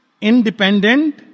independent